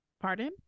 Pardon